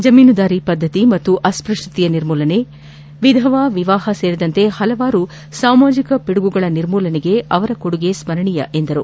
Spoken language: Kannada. ಜಮೀನ್ವಾರಿ ಪದ್ದತಿ ಹಾಗೂ ಅಸ್ಷಕ್ಷತೆಯ ನಿರ್ಮೂಲನೆ ವಿಧವಾ ವಿವಾಹ ಸೇರಿದಂತೆ ಹಲವಾರು ಸಾಮಾಜಿಕ ಪಿಡುಗುಗಳ ನಿರ್ಮೂಲನೆಗೆ ಅವರ ಕೊಡುಗೆ ಸ್ಪರಣೀಯ ಎಂದು ಹೇಳಿದರು